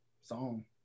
song